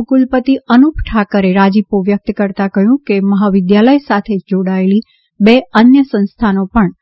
ઉપકુલપતિ અનુપ ઠાકરે રાજીપો વ્યકત કરતાં કહ્યું છે કે મહાવિદ્યાલય સાથે થોડાયેલી બે અન્ય સંસ્થા નો પણ